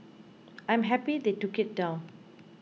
I am happy they took it down